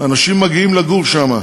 אנשים מגיעים לגור שם,